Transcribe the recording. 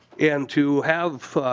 and to have